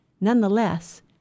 Nonetheless